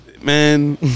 man